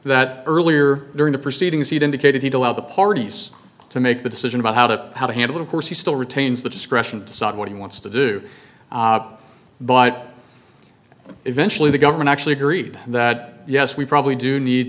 that earlier during the proceedings he'd indicated he allowed the parties to make the decision about how to how to handle course he still retains the discretion to decide what he wants to do but eventually the government actually agreed that yes we probably do need